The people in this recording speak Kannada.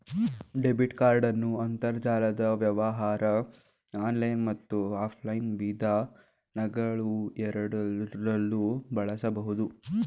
ಡೆಬಿಟ್ ಕಾರ್ಡನ್ನು ಅಂತರ್ಜಾಲದ ವ್ಯವಹಾರ ಆನ್ಲೈನ್ ಮತ್ತು ಆಫ್ಲೈನ್ ವಿಧಾನಗಳುಎರಡರಲ್ಲೂ ಬಳಸಬಹುದು